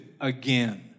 again